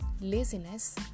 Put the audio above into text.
laziness